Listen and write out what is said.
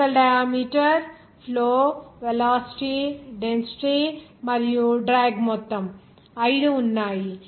spherical diameter flow velocity density మరియు drag మొత్తం ఐదు ఉన్నాయి